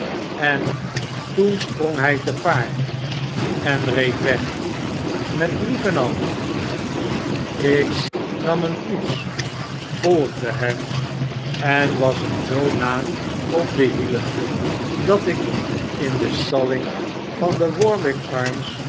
en toen sprong hy te paard en reed weg met brief en al ik nam een koets volgde hem en was hem zoo na op de hielen dat ik in de stalling van de warwick arms